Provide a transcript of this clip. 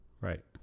Right